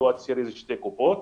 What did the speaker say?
לא אצהיר איזה שתי קופות.